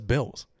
Bills